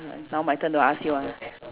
ah now my turn to ask you ah